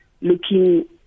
looking